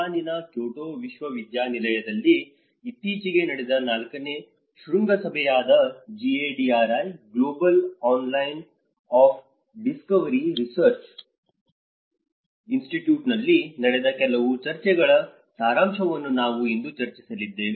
ಜಪಾನಿನ ಕ್ಯೋಟೋ ವಿಶ್ವವಿದ್ಯಾನಿಲಯದಲ್ಲಿ ಇತ್ತೀಚೆಗೆ ನಡೆದ ನಾಲ್ಕನೇ ಶೃಂಗಸಭೆಯಾದ GADRI global alliance of disaster research ಇನ್ಸ್ಟಿಟ್ಯೂಟ್ನಲ್ಲಿ ನಡೆದ ಕೆಲವು ಚರ್ಚೆಗಳ ಸಾರಾಂಶವನ್ನು ನಾವು ಇಂದು ಚರ್ಚಿಸಲಿದ್ದೇವೆ